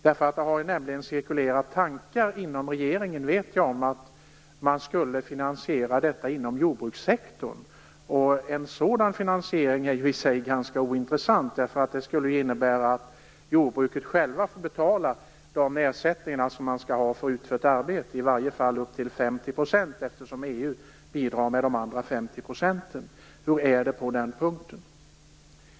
Jag vet nämligen att det inom regeringen har cirkulerat tankar om att detta skulle finansieras inom jordbrukssektorn. En sådan finansiering är ju ganska ointressant, eftersom den skulle innebära att jordbruket självt skulle få betala de ersättningar som man skall ha för utfört arbete - i varje fall till 50 %, eftersom EU bidrar med de andra 50 procentenheterna. Hur är det med detta?